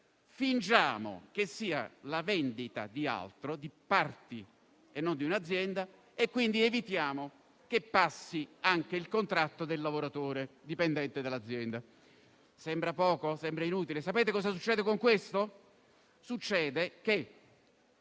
fingiamo che sia la vendita di parti e non di un'azienda e, quindi, evitiamo che passi anche il contratto del lavoratore dipendente dell'azienda.